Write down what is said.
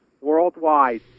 worldwide